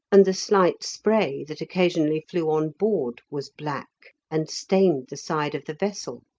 and the slight spray that occasionally flew on board was black, and stained the side of the vessel.